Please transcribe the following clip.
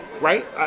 right